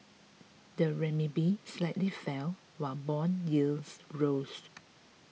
the renminbi slightly fell while bond yields rose